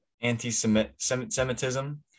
Anti-Semitism